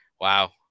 Wow